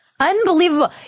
Unbelievable